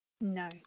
No